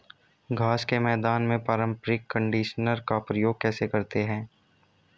घास के मैदान में पारंपरिक कंडीशनर का प्रयोग कैसे करते हैं?